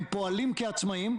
הם פועלים כעצמאים,